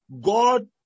God